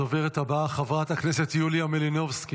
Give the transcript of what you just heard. הדוברת הבאה, חברת הכנסת יוליה מלינובסקי.